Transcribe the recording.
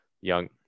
young